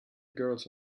girls